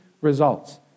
results